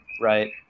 right